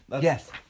Yes